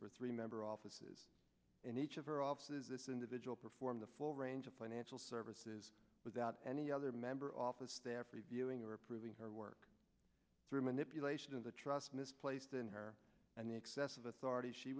for three member offices in each of her offices this individual performed the full range of plan anshul services without any other member office staff reviewing or approving her work through manipulation of the trust mis placed in her and the excess of authority she